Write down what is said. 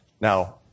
Now